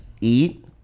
eat